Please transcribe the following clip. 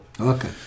okay